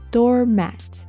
Doormat